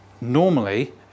normally